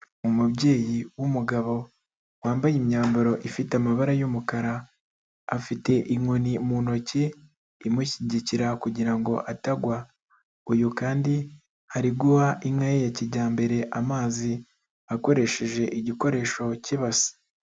Umubyeyi w'umugabo, wambaye imyambaro ifite amabara y'umukara, afite inkoni mu ntoki imushyigikira kugira ngo atagwa, uyu kandi ari guha inka ye ya kijyambere amazi, akoresheje igikoresho k'ibase.